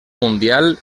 mundial